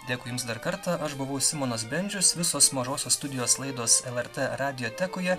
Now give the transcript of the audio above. dėkui jums dar kartą aš buvau simonas bendžius visos mažosios studijos laidos lrt radiotekoje